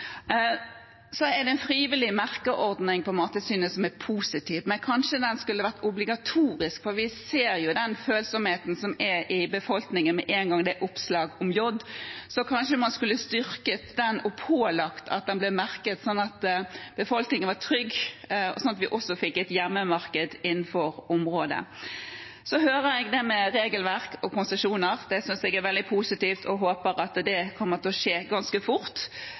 er en frivillig merkeordning i samarbeid med Mattilsynet som er positiv, men kanskje den skulle vært obligatorisk, for vi ser jo den følsomheten som er i befolkningen med en gang det er oppslag om jod. Kanskje man skulle styrket dette og pålagt at det blir merket, slik at befolkningen var trygge og vi også fikk et hjemmemarked innenfor dette området? Jeg hører det med regelverk og konsesjoner. Det synes jeg er veldig positivt, og jeg håper at det kommer til å skje ganske fort.